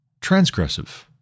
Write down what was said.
transgressive